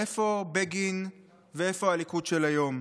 איפה בגין ואיפה הליכוד של היום?